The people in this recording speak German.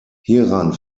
hieran